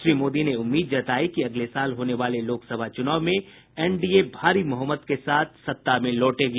श्री मोदी ने उम्मीद जताई कि अगले साल होने वाले लोकसभा चुनाव में एनडीए भारी बहुमत के साथ सत्ता में लौटेगी